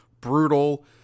brutal